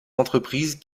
entreprises